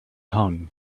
hung